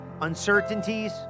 uncertainties